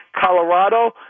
Colorado